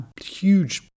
huge